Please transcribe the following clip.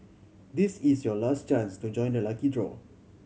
this is your last chance to join the lucky draw